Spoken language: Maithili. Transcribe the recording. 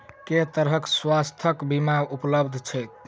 केँ तरहक स्वास्थ्य बीमा उपलब्ध छैक?